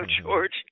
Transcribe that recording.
George